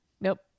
nope